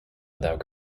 without